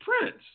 Prince